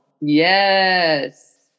Yes